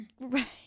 right